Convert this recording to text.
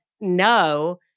no